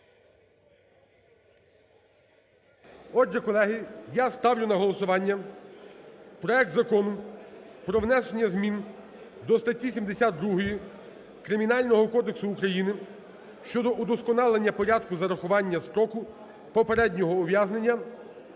Отже, колеги, я ставлю на голосування проект Закону про внесення змін до статті 72 Кримінального кодексу України щодо удосконалення порядку зарахування строку попереднього ув'язнення